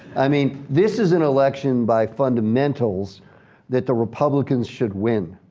i mean, this is an election by fundamentals that the republicans should win.